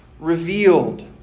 Revealed